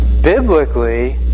biblically